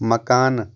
مکانہٕ